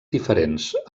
diferents